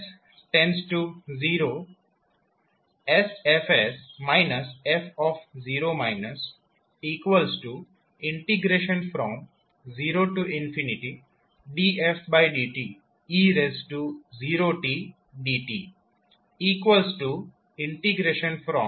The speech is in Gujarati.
s0 sF f0dfdte0tdt 0df f f